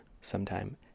sometime